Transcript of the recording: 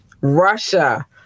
Russia